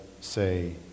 say